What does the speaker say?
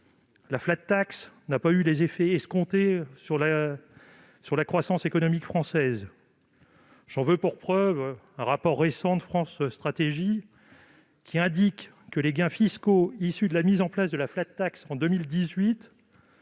: la n'a pas eu les effets escomptés sur la croissance économique française. J'en veux pour preuve un rapport récent de France Stratégie indiquant que les gains fiscaux issus de la création de la en 2018